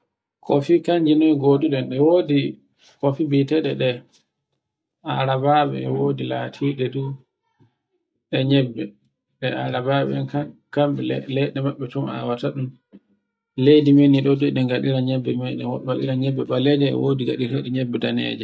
Kofi kanji noye goduɗen e wodi, kofi biyeteɗan arababa, e wodi latide du e nyebbe. Ɗe arababan kan leyɗe mabbe ton awata ɗum leydi men nin to e ɗi ngadira nyebbe meɗen. Waɗira nyebbe baleje e wodi jibetebe nyebbe daneje.